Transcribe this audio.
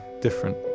different